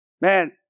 Man